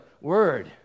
word